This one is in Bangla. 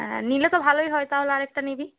হ্যাঁ নিলে তো ভালোই হয় তাহলে আরেকটা নিবি